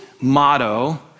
motto